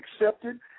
accepted